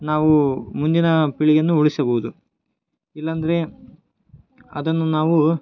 ನಾವು ಮುಂದಿನ ಪೀಳಿಗೆಯನ್ನು ಉಳಿಸಬಹುದು ಇಲ್ಲಾಂದ್ರೆ ಅದನ್ನು ನಾವು